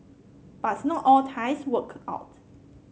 but not all ties work out